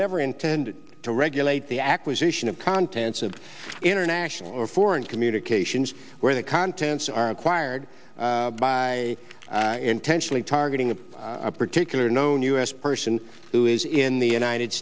never intended to regulate the acquisition of contents of international or foreign communications where the contents are acquired by intentionally targeting a particular known u s person who is in the united